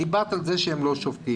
את דיברת על כך שהם לא שובתים.